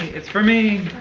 it's for me,